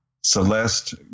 Celeste